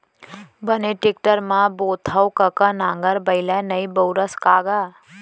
बने टेक्टर म बोथँव कका नांगर बइला नइ बउरस का गा?